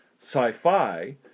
sci-fi